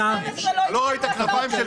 ראית כנפיים של